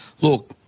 look